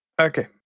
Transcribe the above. Okay